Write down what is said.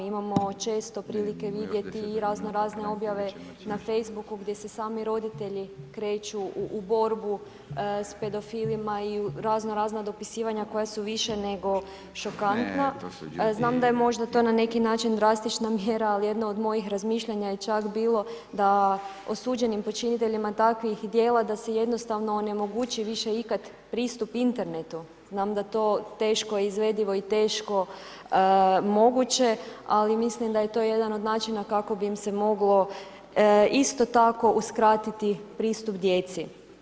Imamo često prilike vidjeti razno razne objavne na Facebooku gdje sami roditelji kreću u borbu s pedofilima i razno razna dopisivanja koja su više nego šokantna i znam da je to možda na neki način drastična mjera, ali jedno od mojih razmišljanja je čak bilo da osuđenih počiniteljima takvih djela da se jednostavno onemogući više ikad pristup internetu, znam da jet o teško izvedivo i teško moguće, ali mislim daj eto jedan od načina kako bi im se moglo isto tako uskratiti pristup djeci.